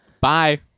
Bye